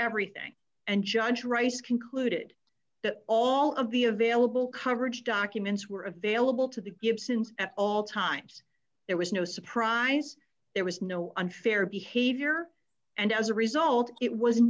everything and judge rice concluded that all of the available coverage documents were available to the gibsons at all times there was no surprise there was no unfair behavior and as a result it w